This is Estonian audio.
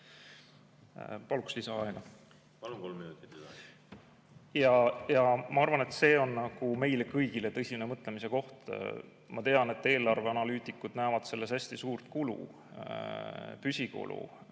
minutit lisaaega. Palun! Kolm minutit lisaaega. Ma arvan, et see on meile kõigile tõsine mõtlemise koht. Ma tean, et eelarveanalüütikud näevad selles hästi suurt kulu, püsikulu,